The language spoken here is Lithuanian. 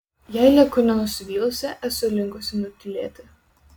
jei lieku nusivylusi esu linkusi nutylėti